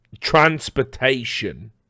transportation